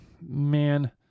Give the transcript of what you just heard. man